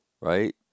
right